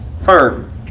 firm